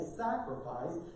sacrifice